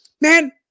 man